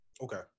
Okay